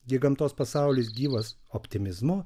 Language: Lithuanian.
gi gamtos pasaulis gyvas optimizmu